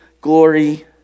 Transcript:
glory